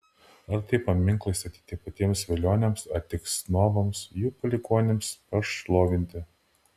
ar tai paminklai statyti patiems velioniams ar tik snobams jų palikuonims pašlovinti